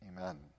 amen